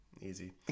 Easy